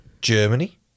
Germany